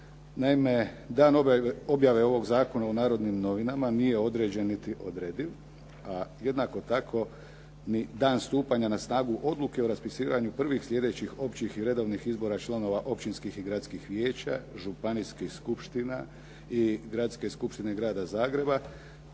Naime, dan objave ovog zakona u "Narodnim novinama" nije određen niti odrediv, a jednako tako ni dan stupanja na snagu odluke o raspisivanju prvih sljedećih općih i redovnih izbora članova općinskih i gradskih vijeća, županijskih skupština i Gradske skupštine Grada Zagreba